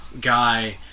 guy